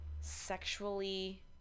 sexually